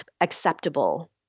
acceptable